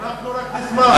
אנחנו רק נשמח.